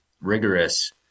rigorous